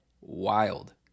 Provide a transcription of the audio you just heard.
wild